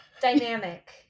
dynamic